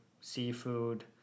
seafood